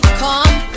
come